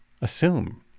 assume